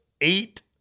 eight